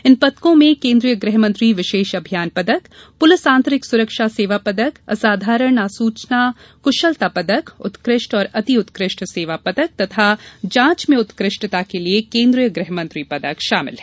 इन पदकों में केंद्रीय गृह मंत्री विशेष अभियान पदक पुलिस आंतरिक सुरक्षा सेवा पदक असाधारण आसूचना कुशलता पदक उत्कृष्ट और अति उत्कृष्ट सेवा पदक तथा जांच में उत्कृष्टता के लिए केंद्रीय गृहमंत्री पदक शामिल हैं